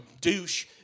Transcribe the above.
Douche